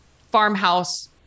farmhouse